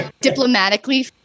diplomatically